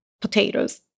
potatoes